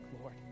Lord